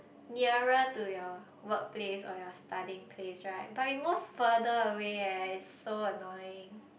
nearer to your workplace or your studying place right but we move further away eh it's so annoying